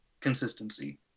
consistency